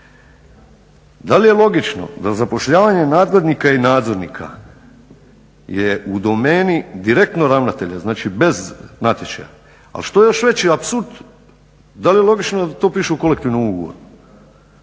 Da li je logično da zapošljavanje nadgledanika i nadzornika je u domeni direktno ravnatelja, znači bez natječaja, ali što je još veći apsurd da li je logično da to piše u kolektivnom ugovoru.